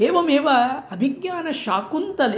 एवमेव अभिज्ञानशाकुन्तले